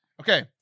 Okay